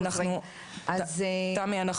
תמי,